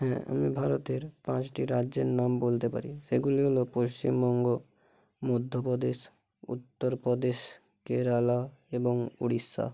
হ্যাঁ আমি ভারতের পাঁচটি রাজ্যের নাম বলতে পারি সেগুলি হলো পশ্চিমবঙ্গ মধ্যপ্রদেশ উত্তর প্রদেশ কেরালা এবং উড়িষ্যা